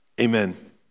Amen